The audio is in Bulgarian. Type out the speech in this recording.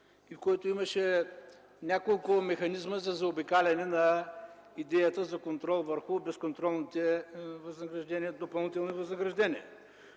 и който имаше няколко механизма за заобикаляне на идеята за контрол върху безконтролните допълнителни възнаграждения.